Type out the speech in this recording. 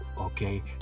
okay